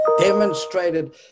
demonstrated